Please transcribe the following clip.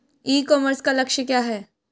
ई commerce का लक्ष्य क्या है?